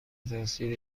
تاثیر